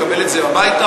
מקבל את זה הביתה,